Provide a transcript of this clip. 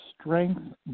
strength